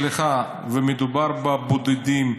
סליחה, מדובר בבודדים.